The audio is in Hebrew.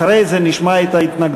אחרי זה נשמע את ההתנגדויות,